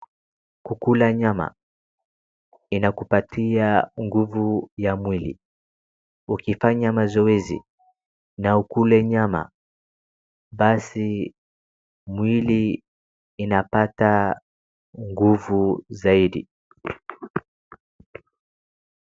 Kukula nyama inakupatia nguvu ya mwili. Ukifanya mazoezi na ukule nyama basi mwili inapata nguvu zaidi.